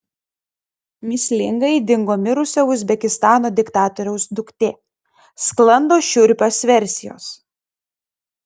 mįslingai dingo mirusio uzbekistano diktatoriaus duktė sklando šiurpios versijos